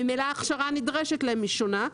ממילא ההכשרה הנדרשת להם היא שונה.